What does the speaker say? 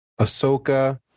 ahsoka